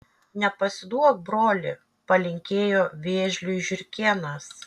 nepasiduok broli palinkėjo vėžliui žiurkėnas